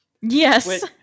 Yes